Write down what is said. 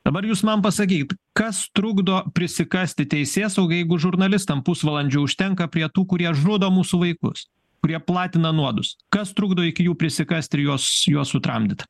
dabar jūs man pasakykit kas trukdo prisikasti teisėsaugai jeigu žurnalistam pusvalandžio užtenka prie tų kurie žudo mūsų vaikus kurie platina nuodus kas trukdo iki jų prisikast ir juos juos sutramdyt